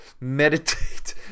Meditate